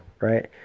right